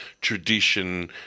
tradition